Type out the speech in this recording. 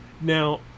Now